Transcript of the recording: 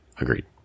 agreed